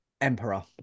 Emperor